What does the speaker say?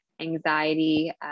anxiety